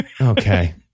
Okay